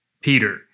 Peter